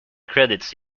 credits